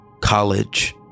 college